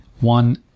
one